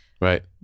Right